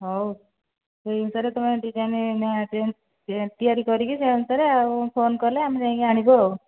ହେଉ ସେହି ଅନୁସାରେ ତୁମେ ଡିଜାଇନ ତିଆରି କରିକି ସେହି ଅନୁସାରେ ଫୋନ କଲେ ଆମେ ଯାଇ ଆଣିବୁ ଆଉ